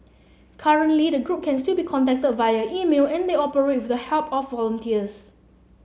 currently the group can still be contacted via email and they operate with the help of volunteers